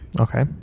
Okay